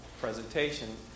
presentation